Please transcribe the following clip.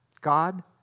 God